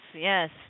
yes